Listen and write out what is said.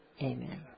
Amen